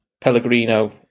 Pellegrino